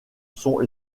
sont